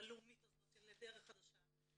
הלאומית הזאת של דרך חדשה,